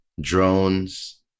drones